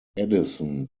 addison